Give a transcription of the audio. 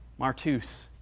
Martus